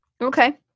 okay